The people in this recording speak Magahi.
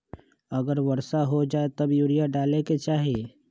अगर वर्षा हो जाए तब यूरिया डाले के चाहि?